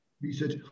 research